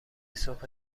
صبح